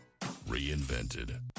reinvented